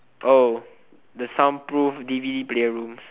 oh the soundproof d_v_d player rooms